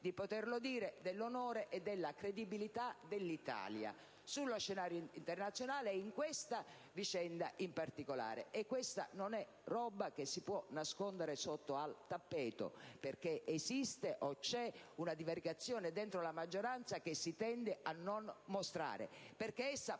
di poterlo dire - dell'onore e della credibilità dell'Italia sullo scenario internazionale, e in questa vicenda in particolare. Questa non è roba che si può nascondere sotto al tappeto, perché la divaricazione interna alla maggioranza che si tende a non mostrare purtroppo